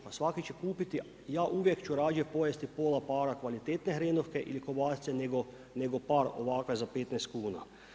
Pa svaki će kupiti, ja uvijek ću radije pojesti pola para kvalitetne hrenovke ili kobasice nego par ovakve za 15 kuna.